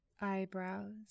eyebrows